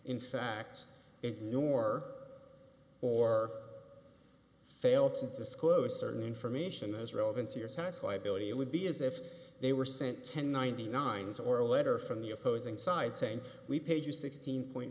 in fact ignore or fail to disclose certain information that is relevant to your tax liability it would be as if they were sent ten ninety nine or a letter from the opposing side saying we paid you sixteen point